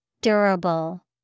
Durable